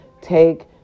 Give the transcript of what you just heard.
take